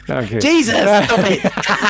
Jesus